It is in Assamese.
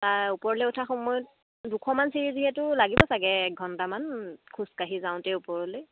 তাৰ ওপৰলৈ উঠাৰ সময়ত দুশমান চিৰি যিহেতু লাগিব চাগে একঘণ্টামান খোজকাঢ়ি যাওঁতে ওপৰলৈ